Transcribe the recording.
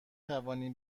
توانی